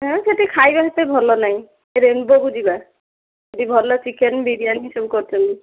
ନା ସେଇଠି ଖାଇବା ଏତେ ଭଲ ନାହିଁ ରେନ୍ବୋକୁ ଯିବା ସେଇଠି ଭଲ ଚିକେନ୍ ବିରୀୟାନୀ ସବୁ କରୁଛନ୍ତି